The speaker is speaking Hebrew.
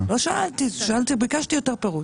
לא שאלתי, ביקשתי יותר פירוט.